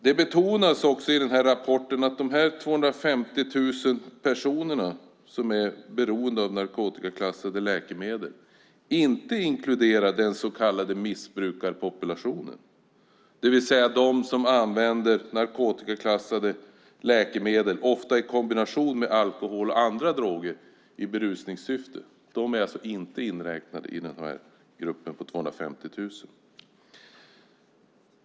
Det betonas också i den här rapporten att de här 250 000 personerna, som är beroende av narkotikaklassade läkemedel, inte inkluderar den så kallade missbrukarpopulationen, det vill säga de som använder narkotikaklassade läkemedel, ofta i kombination med alkohol och andra droger, i berusningssyfte. De är alltså inte inräknade i den här gruppen på 250 000.